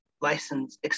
license